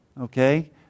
Okay